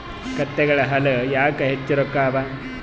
ಕತ್ತೆಗಳ ಹಾಲ ಯಾಕ ಹೆಚ್ಚ ರೊಕ್ಕ ಅವಾ?